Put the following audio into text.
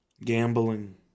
gambling